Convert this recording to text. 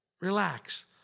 Relax